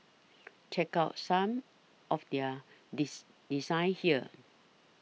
check out some of their dis designs here